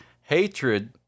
hatred